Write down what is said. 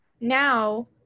Now